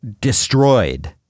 destroyed